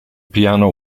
piano